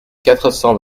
quatre